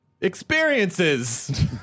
experiences